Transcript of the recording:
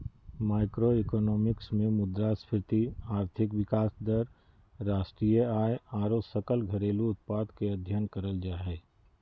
macroeconomics मे मुद्रास्फीति, आर्थिक विकास दर, राष्ट्रीय आय आरो सकल घरेलू उत्पाद के अध्ययन करल जा हय